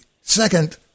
second